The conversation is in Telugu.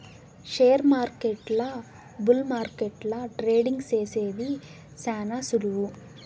షేర్మార్కెట్ల బుల్ మార్కెట్ల ట్రేడింగ్ సేసేది శాన సులువు